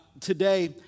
today